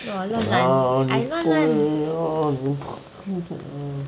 你不要